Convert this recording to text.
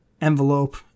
envelope